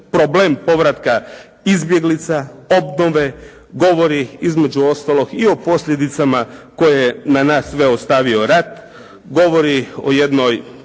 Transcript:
problem povratka izbjeglice, obnove govori između ostalog i o posljedicama koje je na nas sve ostavio rat, govori o jednoj,